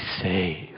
saved